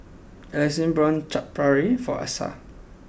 Alexande bought Chaat Papri for Asa